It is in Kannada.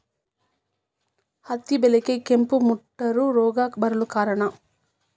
ಹತ್ತಿ ಬೆಳೆಗೆ ಕೆಂಪು ಮುಟೂರು ರೋಗ ಬರಲು ಕಾರಣ?